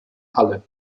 halle